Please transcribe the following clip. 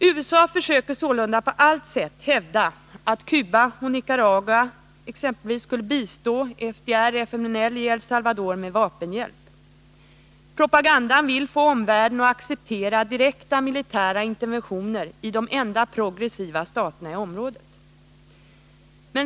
USA försöker sålunda på allt sätt hävda att Cuba och Nicaragua skulle bistå FDR/FMLN i El Salvador med vapenhjälp. Propagandan vill få omvärlden att acceptera direkta militära interventioner i de enda progressiva staterna i området.